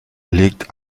legt